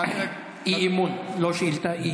אי-אמון, לא שאילתה.